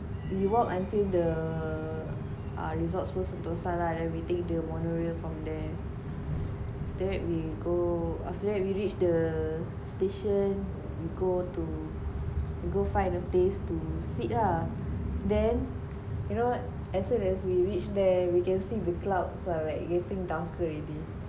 we walk until the ah resorts world sentosa lah and we take the monorail from there that we go after that we reach the station you go to we go then you know what as soon as we reached there we can see the clouds are like getting darker already